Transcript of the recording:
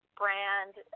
brand